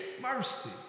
mercy